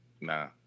Nah